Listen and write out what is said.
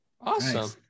Awesome